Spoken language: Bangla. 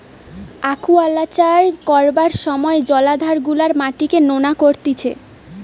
আকুয়াকালচার করবার সময় জলাধার গুলার মাটিকে নোনা করতিছে